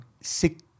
six